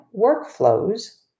workflows